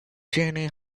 journey